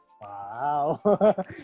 Wow